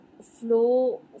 flow